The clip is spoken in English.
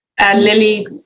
Lily